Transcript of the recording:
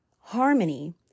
harmony